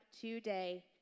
today